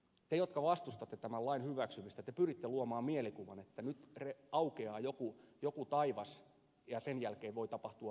te jotka vastustatte tämän lain hyväksymistä pyritte luomaan mielikuvan että nyt aukeaa joku taivas ja sen jälkeen voi tapahtua mitä vaan